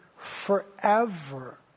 forever